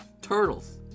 Turtles